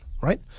right